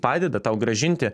padeda tau grąžinti